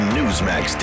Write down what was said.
Newsmax